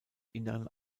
inneren